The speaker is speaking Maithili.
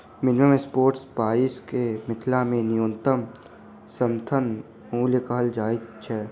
मिनिमम सपोर्ट प्राइस के मैथिली मे न्यूनतम समर्थन मूल्य कहल जाइत छै